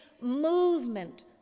Movement